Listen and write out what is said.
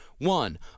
One